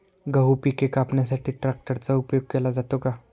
गहू पिके कापण्यासाठी ट्रॅक्टरचा उपयोग केला जातो का?